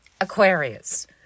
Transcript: Aquarius